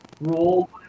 roll